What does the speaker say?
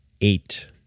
eight